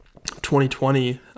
2020